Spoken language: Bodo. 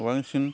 गोबांसिन